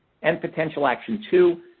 and potential action two,